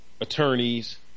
attorneys